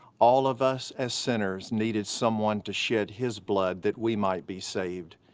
all of us as sinners needed someone to shed his blood that we might be saved.